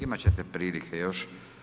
Imat ćete prilike još.